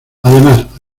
además